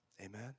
Amen